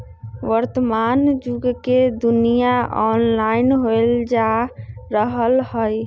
वर्तमान जुग में दुनिया ऑनलाइन होय जा रहल हइ